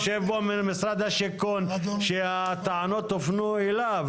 יושב פה נציג משרד השיכון שהטענות הופנו אליו,